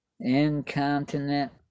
incontinent